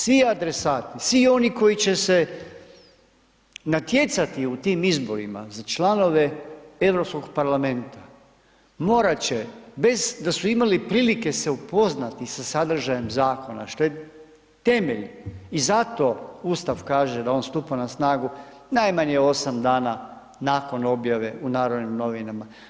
Svi adresati, svi oni koji će se natjecati u tim izborima za članove Europskog parlamenta morati će bez da su imali prilike se upoznati sa sadržajem zakona što je temelj i zato Ustav kaže da on stupa na snagu najmanje 8 dana nakon objave u narodnim novinama.